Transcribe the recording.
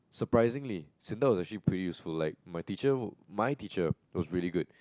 surprisingly s_i_n_d_a was actually pretty useful like my teacher my teacher was really good